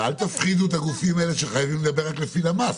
ואל תפחידו את הגופים האלה שחייבים לדבר רק לפי למ"ס,